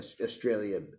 Australia